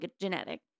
genetic